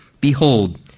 Behold